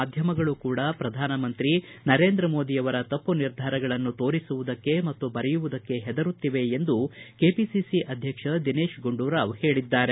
ಮಾಧ್ಯಮಗಳು ಕೂಡ ಪ್ರಧಾನಮಂತ್ರಿ ನರೇಂದ್ರ ಮೋದಿಯವರ ತಪ್ಪು ನಿರ್ಧಾರಗಳನ್ನು ತೋರಿಸುವುದಕ್ಕೆ ಮತ್ತು ಬರೆಯುವುದಕ್ಕೆ ಹೆದರುತ್ತಿವೆ ಎಂದು ಕೆಪಿಸಿಸಿ ಅಧ್ಯಕ್ಷ ದಿನೇಶ ಗುಂಡೂರಾವ್ ಹೇಳಿದ್ದಾರೆ